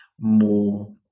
more